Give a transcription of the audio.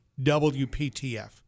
WPTF